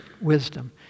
Wisdom